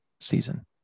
season